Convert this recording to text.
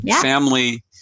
Family